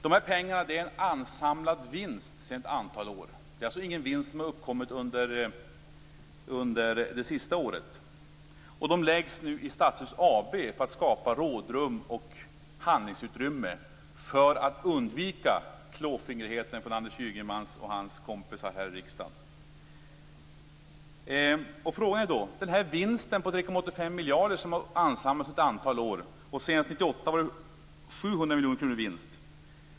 De här pengarna är en ansamlad vinst sedan ett antal år. Det är alltså ingen vinst som uppkommit under det sista året. De läggs nu i Stadshus AB för att skapa rådrum och handlingsutrymme för att undvika klåfingrigheten från Anders Ygeman och hans kompisar här i riksdagen. Den här vinsten på 3,85 miljarder har ansamlats under ett antal år. År 1998 var det 700 miljoner kronor i vinst.